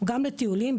גם לטיולים,